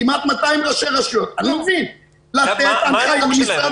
כמעט 200 ראשי רשויות יש לתת הנחיה למשרד